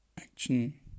Action